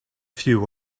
few